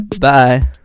Bye